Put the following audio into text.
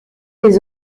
les